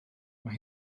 mae